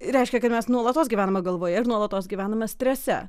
reiškia kad mes nuolatos gyvename galvoje ir nuolatos gyvename strese